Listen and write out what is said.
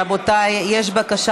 רבותיי, יש בקשה